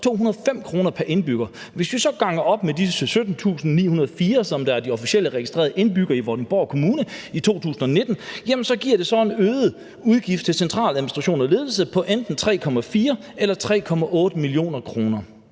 205 kr. pr. indbygger. Hvis vi så ganger op med 17.904, som er tallet for de officielt registrerede indbyggere i Vordingborg Kommune i 2019, giver det en øget udgift til centraladministration og ledelse på enten 3,4 eller 3,8 mio. kr.